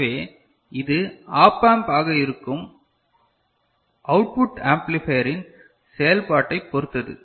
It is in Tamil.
எனவே இது ஆப் ஆம்ப் ஆக இருக்கும் அவுட்புட் ஆம்ப்ளிபையர் இன் செயல்பாட்டைப் பொறுத்தது